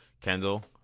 kendall